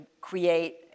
create